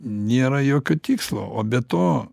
nėra jokio tikslo o be to